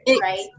right